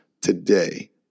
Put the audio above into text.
today